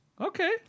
Okay